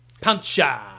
Puncher